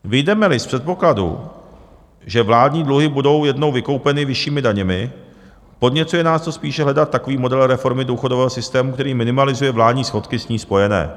Vyjdemeli z předpokladu, že vládní dluhy budou jednou vykoupeny vyššími daněmi, podněcuje nás to spíše hledat takový model reformy důchodového systému, který minimalizuje vládní schodky s ní spojené.